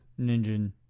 Ninja